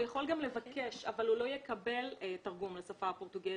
הוא יכול גם לבקש אבל הוא לא יקבל תרגום לשפה הפורטוגזית,